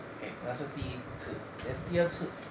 okay 那是第一次 then 第二次